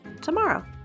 tomorrow